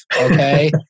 Okay